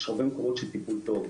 יש הרבה מקומות שטיפול טוב,